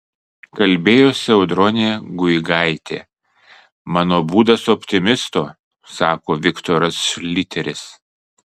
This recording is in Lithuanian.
kalbėjosi audronė guigaitė mano būdas optimisto sako viktoras šliteris